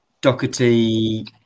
Doherty